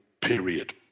period